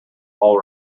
all